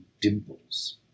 dimples